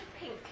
pink